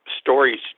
stories